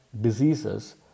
diseases